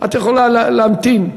את יכולה להמתין,